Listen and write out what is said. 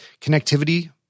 connectivity